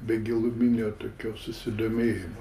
be giluminio tokio susidomėjimo